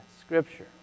Scripture